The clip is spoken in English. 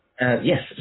yes